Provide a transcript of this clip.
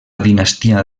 dinastia